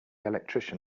electrician